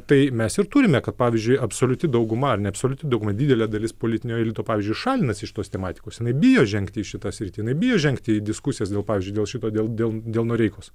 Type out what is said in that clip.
tai mes ir turime kad pavyzdžiui absoliuti dauguma ar ne absoliuti dauguma didelė dalis politinio elito pavyzdžiui šalinasi iš tos tematikos jinai bijo žengti į šitą sritį jinai bijo žengti į diskusijas dėl pavyzdžiui dėl šito dėl dėl dėl noreikos